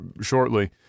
shortly